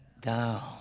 down